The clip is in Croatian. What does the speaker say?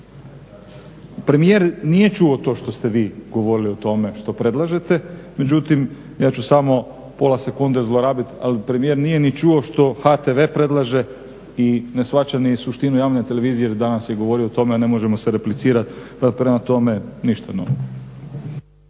Premijer nije čuo to što ste vi govorili o tome što predlažete, međutim, ja ću samo pola sekunde zlorabiti ali premijer nije ni čuo što HTV predlaže i ne shvaća ni suštinu javne televizije jer danas je govorio o tome a ne možemo se replicirati. Pa prema tome, ništa novog.